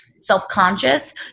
self-conscious